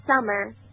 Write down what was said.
Summer